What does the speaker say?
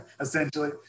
essentially